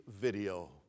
video